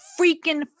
freaking